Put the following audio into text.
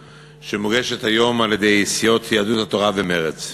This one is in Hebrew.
שמוגשת היום על-ידי סיעות יהדות התורה ומרצ.